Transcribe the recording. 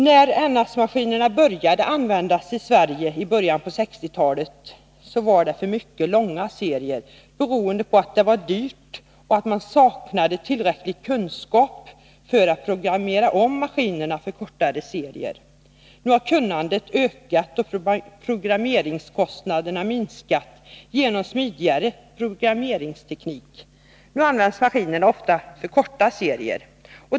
När NS-maskiner började användas i Sverige, i början av 1960-talet, var det för mycket långa serier, beroende på att det var dyrt och att man saknade tillräcklig kunskap för att programmera om maskinerna för kortare serier. Nu har kunnandet ökat och programmeringskostnaderna minskat genom smidigare programmeringsteknik. Nu används maskinerna ofta för korta serier.